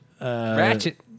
Ratchet